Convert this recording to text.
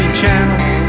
channels